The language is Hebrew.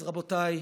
אז רבותיי,